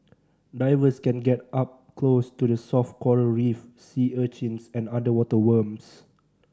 divers can get up close to the soft coral reef sea urchins and underwater worms